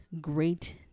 great